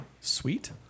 sweet